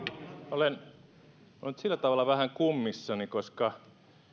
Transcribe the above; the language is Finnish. olen nyt sillä tavalla vähän kummissani koska